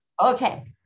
Okay